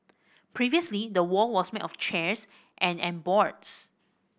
previously the wall was made of chairs and and boards